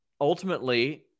ultimately